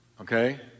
okay